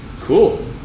Cool